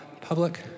public